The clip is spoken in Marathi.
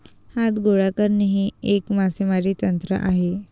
हात गोळा करणे हे एक मासेमारी तंत्र आहे